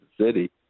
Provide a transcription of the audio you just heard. City